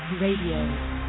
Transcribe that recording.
Radio